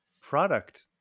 product